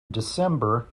december